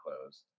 closed